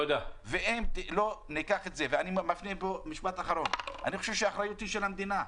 אני חושב שהאחריות היא של המדינה,